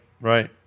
right